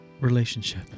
relationship